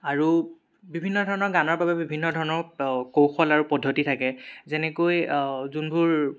আৰু বিভিন্ন ধৰণৰ গানৰ বাবে বিভিন্ন ধৰণৰ কৌশল আৰু পদ্ধতি থাকে যেনেকৈ যোনবোৰ